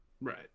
Right